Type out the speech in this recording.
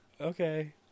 okay